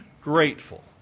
grateful